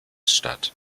statt